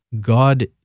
God